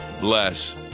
bless